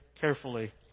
carefully